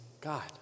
God